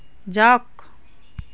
যাওক